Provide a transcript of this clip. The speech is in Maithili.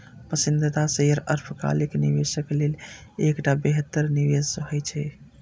पसंदीदा शेयर अल्पकालिक निवेशक लेल एकटा बेहतर निवेश होइ छै